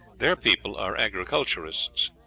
their people are agriculturists,